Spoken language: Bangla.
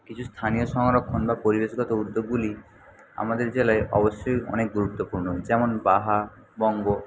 কিছু স্থানীয় সংরক্ষণ বা পরিবেশগত উদ্যোগগুলি আমাদের জেলায় অবশ্যই অনেক গুরুত্বপূর্ণ যেমন বাহা বঙ্গ